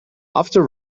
after